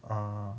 ah